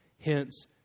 Hence